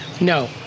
no